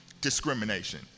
discrimination